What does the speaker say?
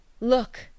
look